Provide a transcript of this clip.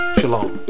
Shalom